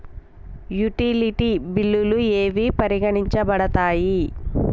Utility బిల్లులు ఏవి పరిగణించబడతాయి?